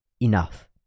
enough